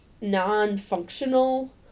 non-functional